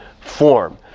form